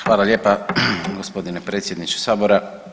Hvala lijepa gospodine predsjedniče Sabora.